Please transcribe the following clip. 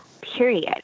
period